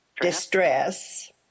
distress